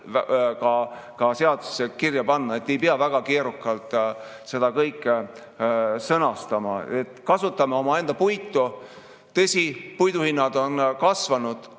ka seadusesse kirja panna, ei pea väga keerukalt seda kõike sõnastama. Kasutame omaenda puitu. Tõsi, puiduhinnad on kasvanud,